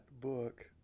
book